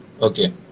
okay